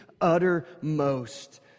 uttermost